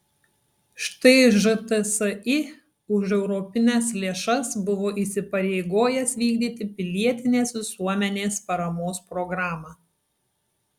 štai žtsi už europines lėšas buvo įsipareigojęs vykdyti pilietinės visuomenės paramos programą